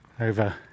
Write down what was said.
over